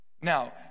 Now